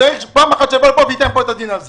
צריך פעם אחת שיבוא לפה וייתן את הדין על זה.